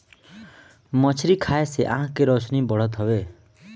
मछरी खाए से आँख के रौशनी बढ़त हवे